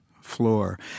floor